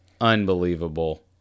Unbelievable